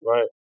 Right